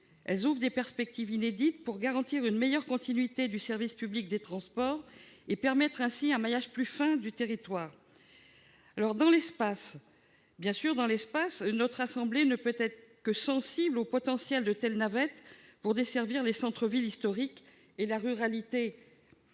Elles ouvrent des perspectives inédites pour garantir une meilleure continuité du service public des transports et permettre ainsi un maillage plus fin du territoire dans l'espace. Notre assemblée ne peut bien évidemment qu'être sensible au potentiel de telles navettes pour desservir les centres-villes historiques et la ruralité.